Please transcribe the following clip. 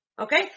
Okay